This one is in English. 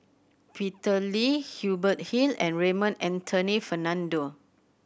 Peter Lee Hubert Hill and Raymond Anthony Fernando